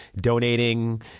donating